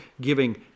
giving